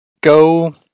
go